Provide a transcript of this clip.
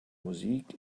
musik